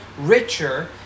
richer